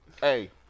hey